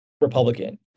Republican